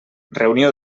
reunió